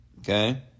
Okay